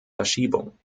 verschiebung